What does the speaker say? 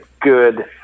good